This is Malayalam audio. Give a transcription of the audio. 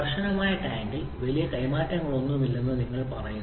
കർശനമായ ടാങ്കിൽ വലിയ കൈമാറ്റങ്ങളൊന്നുമില്ലെന്ന് നിങ്ങൾ പറയുന്നു